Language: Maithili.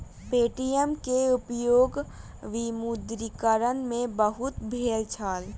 पे.टी.एम के उपयोग विमुद्रीकरण में बहुत भेल छल